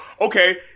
Okay